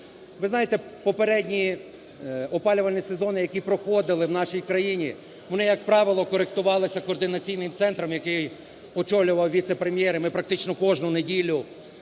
Ви знаєте, попередні опалювальні сезони, які проходили в нашій країні, вони, як правило, коректувалися координаційним центром, який очолював віце-прем'єр. І ми практично кожну неділю